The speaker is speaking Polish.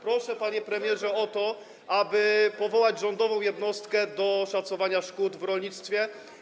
Proszę, panie premierze, o to, aby powołać rządową jednostkę do szacowania szkód w rolnictwie.